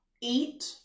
eat